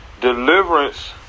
deliverance